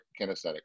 kinesthetic